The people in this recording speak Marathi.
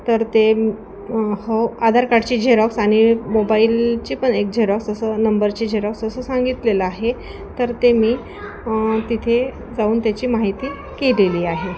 तर ते हो आधार कार्डची झेरॉक्स आणि मोबाईलचे पण एक झेरॉक्स असं नंबरचे झेरॉक्स असं सांगितलेलं आहे तर ते मी तिथे जाऊन त्याची माहिती केलेली आहे